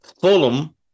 Fulham